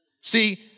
See